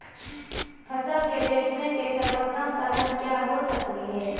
फसल के बेचने के सरबोतम साधन क्या हो सकेली?